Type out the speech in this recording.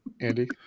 Andy